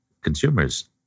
consumers